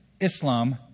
Islam